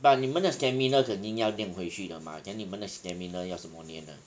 but 你们的 stamina 肯定要练回去的 mah then 你们的 stamina 要怎么练呢